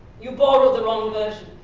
you borrowed the wrong version.